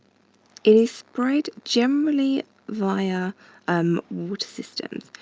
it is spread generally via um water systems.